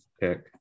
pick